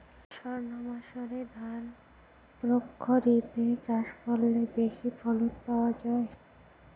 সর্ণমাসুরি ধান প্রক্ষরিপে চাষ করলে বেশি ফলন পাওয়া যায়?